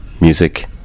Music